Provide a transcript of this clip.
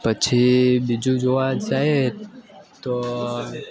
પછી બીજું જોવાં જાઈએ તો